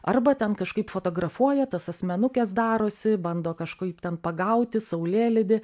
arba ten kažkaip fotografuoja tas asmenukes darosi bando kažkaip ten pagauti saulėlydį